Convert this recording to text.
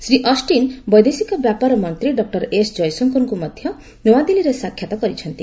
Shri Austin ବୈଦେଶିକ ବ୍ୟାପାର ମନ୍ତ୍ରୀ ଡକ୍ଟର ଏସ ଜୟଶଙ୍କରଙ୍କୁ ମଧ୍ୟ ନୂଆଦିଲ୍ଲୀରେ ସାକ୍ଷାତ କରିଛନ୍ତି